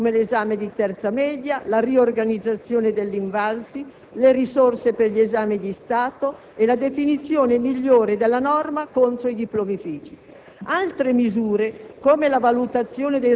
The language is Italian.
Anche altri provvedimenti sono positivi, come l'esame di terza media, la riorganizzazione dell'INVALSI, le risorse per gli esami di Stato e la definizione migliore della norma contro i cosiddetti